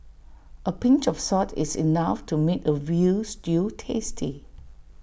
A pinch of salt is enough to make A Veal Stew tasty